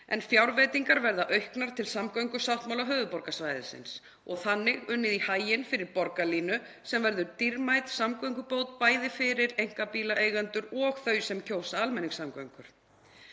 en fjárveitingar verða auknar til samgöngusáttmála höfuðborgarsvæðisins og þannig unnið í haginn fyrir borgarlínu sem verður dýrmæt samgöngubót, bæði fyrir einkabílaeigendur og þau sem kjósa almenningssamgöngur.